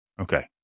Okay